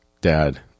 dad